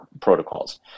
protocols